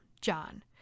John